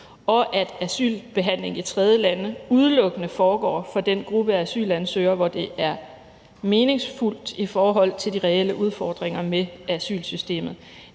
og at asylbehandlingen i tredjelande udelukkende foregår for den gruppe af asylansøgere, hvor det er meningsfuldt i forhold til de reelle udfordringer med asylsystemet.